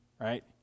right